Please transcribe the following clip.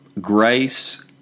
Grace